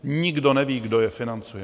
Nikdo neví, kdo je financuje.